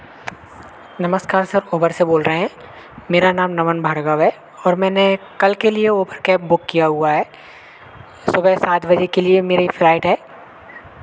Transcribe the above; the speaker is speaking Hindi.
नमस्कार सर उबर से बोल रहे हैं मेरा नाम नमन भार्गव है और मैंने कल के लिए उबर कैब बुक किया हुआ है सुबह सात बजे के लिए मेरी फ्लाइट है